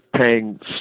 paying